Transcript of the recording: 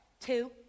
Two